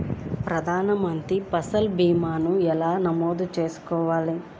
ప్రధాన మంత్రి పసల్ భీమాను ఎలా నమోదు చేసుకోవాలి?